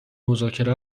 مذاکره